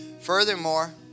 Furthermore